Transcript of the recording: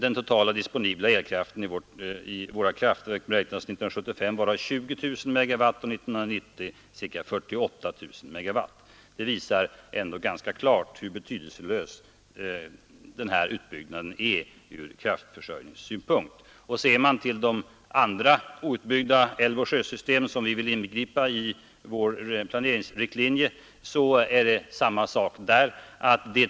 Den totala disponibla elkraften i våra kraftverk beräknas 1975 vara 20 000 MW och 1990 ca 48 000. Det visar ändå ganska klart hur betydelselös den här utbyggnaden är ur kraftförsörjningssynpunkt. Ser man till de andra outbyggda älvoch sjösystem, som vi vill inbegripa i vår planeringsriktlinje, så är det samma sak där.